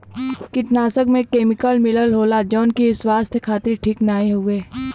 कीटनाशक में केमिकल मिलल होला जौन की स्वास्थ्य खातिर ठीक नाहीं हउवे